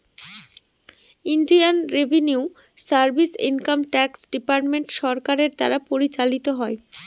Indian revenue service income tax department সরকারের দ্বারা পরিচালিত হয়